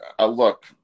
look